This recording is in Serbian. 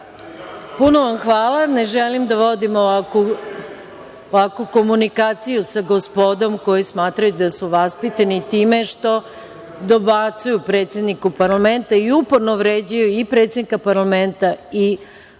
vam hvala. Ne želim da vodimo ovakvu komunikaciju sa gospodom koji smatraju da su vaspitani time što dobacuju predsedniku parlamenta i uporno vređaju i predsednika parlamenta i